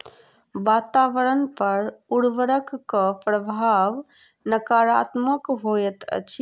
वातावरण पर उर्वरकक प्रभाव नाकारात्मक होइत अछि